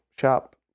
shop